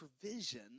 provision